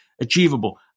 achievable